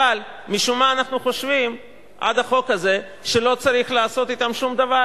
אבל משום מה אנחנו חשבנו עד החוק הזה שלא צריך לעשות אתם שום דבר.